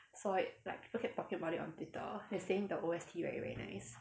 saw it like people kept talking about it on twitter and saying the O_S_T very very nice